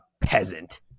peasant